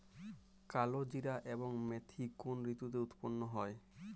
কালোজিরা এবং মেথি কোন ঋতুতে উৎপন্ন হয়?